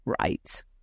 right